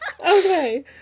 Okay